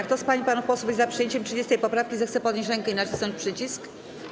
Kto z pań i panów posłów jest za przyjęciem 30. poprawki, zechce podnieść rękę i nacisnąć przycisk.